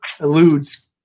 eludes